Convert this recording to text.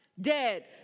Dead